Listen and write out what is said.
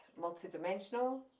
multidimensional